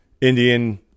Indian